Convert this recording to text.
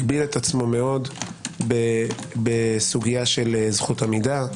הגביל עצמו מאוד בסוגיה של זכות המידע,